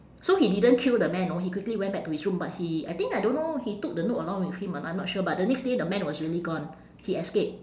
so he didn't kill the man know he quickly went back to his room but he I think I don't know he took the note along with him or I'm not sure but the next day the man was really gone he escape